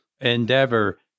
endeavor